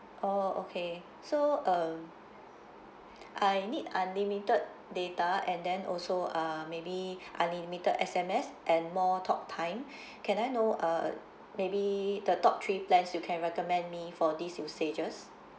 oh okay so um I need unlimited data and then also uh maybe unlimited S_M_S and more talk time can I know uh maybe the top three plans you can recommend me for this usages